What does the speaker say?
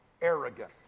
arrogant